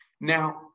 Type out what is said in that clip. Now